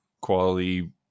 quality